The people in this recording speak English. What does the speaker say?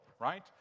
right